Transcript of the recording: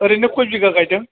ओरैनो खय बिगा गायदों